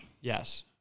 Yes